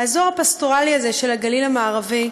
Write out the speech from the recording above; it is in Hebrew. האזור הפסטורלי הזה של הגליל המערבי,